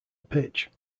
pitch